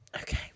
Okay